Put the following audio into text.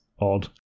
odd